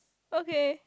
okay